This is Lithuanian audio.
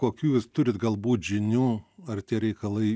kokių jūs turit galbūt žinių ar tie reikalai